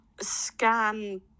scan